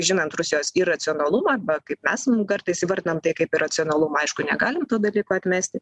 žinant rusijos iracionalumą arba kaip mes kartais įvardinam tai kaip iracionalumą aišku negalim to dalyko atmesti